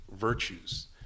virtues